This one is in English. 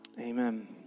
Amen